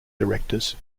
directors